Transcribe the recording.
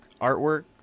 artwork